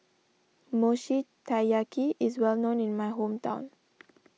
Mochi Taiyaki is well known in my hometown